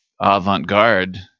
avant-garde